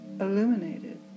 illuminated